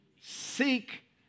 seek